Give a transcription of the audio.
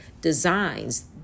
designs